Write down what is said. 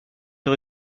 sur